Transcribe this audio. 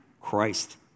Christ